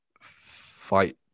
fight